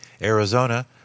Arizona